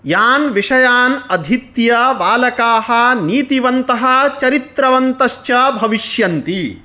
यान् विषयान् अधीत्य बालकाः नीतिवन्तः चरित्रवन्तश्च भविष्यन्ति